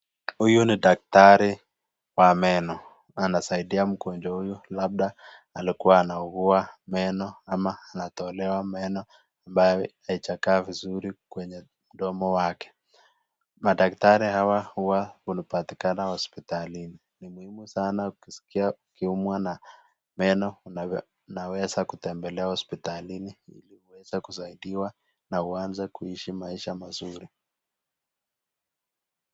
Huyu ni daktari wa meno anasaidia mgonjwa huyu labda alikuwa anaugua meno ama anatolewa meno ambayo haijakaa vizuri kwenye mdomo wake. Madaktari hawa huwa wanapatikana hospitalini. Ni muhimu sana ukiskia ukiumwa na meno unaweza kutembelea hospitalini ili uweze kusaidiwa na uanze kuishi maisha mazuri.